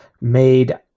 made